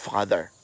Father